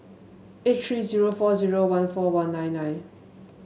eight three zero four zero one four one nine nine